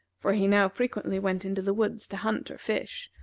for he now frequently went into the woods to hunt or fish,